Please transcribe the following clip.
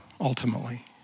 ultimately